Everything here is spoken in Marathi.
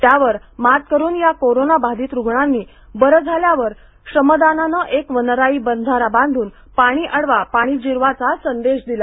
त्यावर मात करून या कोरोना बाधित रुग्णांनी बरं झाल्यावर श्रमदानानं एक वनराई बंधारा बांधून पाणी अडवा पाणी जिरवाचा संदेश दिला